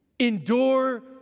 Endure